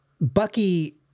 Bucky